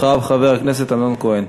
תודה רבה לחבר הכנסת יצחק כהן.